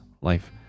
life